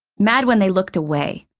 mad when they looked away.